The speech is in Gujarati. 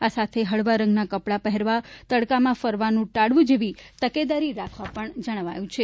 આ સાથે હળવા રંગના કપડાં પહેરવા તડકામાં ફરવાનું ટાળવું જેથી તકેદારી રાખવા પણ જણાવાયું છે